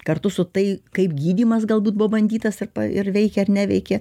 kartu su tai kaip gydymas galbūt buvo bandytas arba ir veikė ar neveikė